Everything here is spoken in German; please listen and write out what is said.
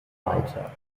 weiter